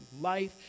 life